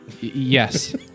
Yes